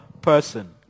person